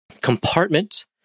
compartment